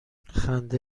خنده